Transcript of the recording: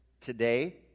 today